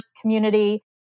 community